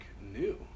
new